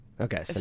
Okay